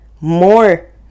more